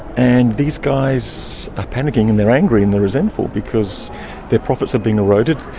and these guys are panicking and they're angry and they're resentful because their profits are being eroded.